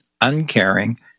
uncaring